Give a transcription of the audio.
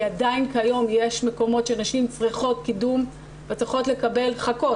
כי עדיין כיום יש מקומות שנשים צריכות קידום וצריכות לקבל חכות,